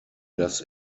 das